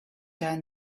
down